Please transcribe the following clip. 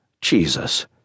Jesus